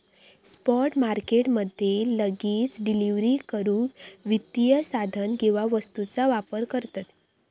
spot market मध्ये लगेच delivery करूक वित्तीय साधन किंवा वस्तूंचा व्यापार करतत